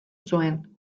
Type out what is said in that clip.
zuen